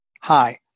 Hi